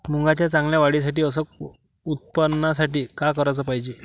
मुंगाच्या चांगल्या वाढीसाठी अस उत्पन्नासाठी का कराच पायजे?